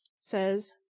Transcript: says